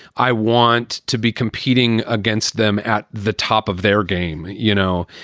i want to be competing against them at the top of their game, you know.